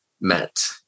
met